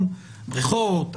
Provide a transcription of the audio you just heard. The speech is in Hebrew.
בריכות וכולי.